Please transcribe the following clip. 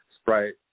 Sprite